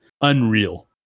unreal